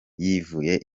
yivuye